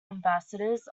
ambassadors